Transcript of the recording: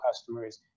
customers